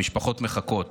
המשפחות מחכות.